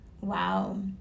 Wow